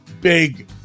big